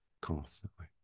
constantly